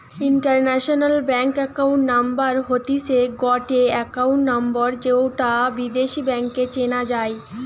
international bank account number হতিছে গটে account number যৌটা বিদেশী ব্যাংকে চেনা যাই